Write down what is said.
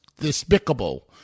despicable